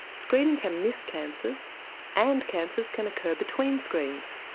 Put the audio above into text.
screening can miss cancers and cancers can occur between screenings.